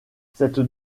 cette